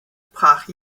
brach